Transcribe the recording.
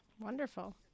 Wonderful